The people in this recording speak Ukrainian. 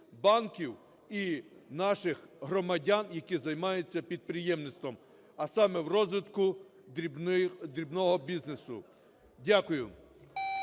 і наших громадян, які займаються підприємництвом, а саме розвитку дрібного бізнесу. Дякую.